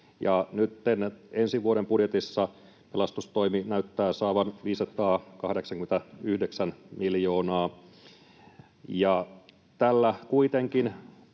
nytten ensi vuoden budjetissa pelastustoimi näyttää saavan 589 miljoonaa, mutta tällä kuitenkin